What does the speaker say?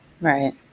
Right